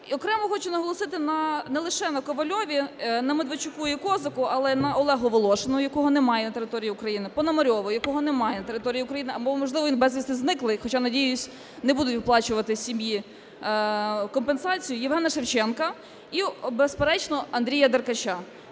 окремо хочу наголосити на не лише на Ковальові, на Медведчуку і Козаку, але на Олегу Волошину, якого немає на території України; Пономарьова, якого немає на території України, або, можливо, він безвісти зниклий, хоча, надіюсь, не будуть виплачувати сім'ї компенсацію; Євгена Шевченка і, безперечно, Андрія Деркача.